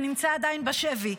שנמצא עדיין בשבי,